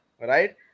right